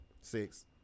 six